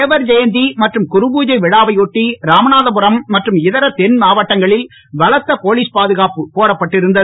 தேவர் ஜெயந்தி மற்றும் குருபூஜை விழாவை ஒட்டி ராமநாதபுரம் மற்றும் இதர தென்மாவட்டங்களில் பலத்த போலீஸ் பாதுகாப்பு போடப்பட்டிருந்தது